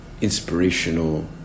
inspirational